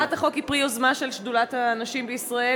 הצעת החוק היא פרי יוזמה של שדולת הנשים בישראל,